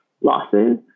losses